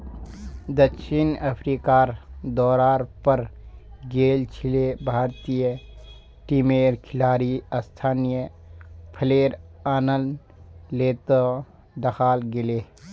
दक्षिण अफ्रीकार दौरार पर गेल छिले भारतीय टीमेर खिलाड़ी स्थानीय फलेर आनंद ले त दखाल गेले